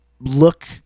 look